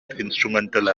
instrumental